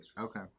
Okay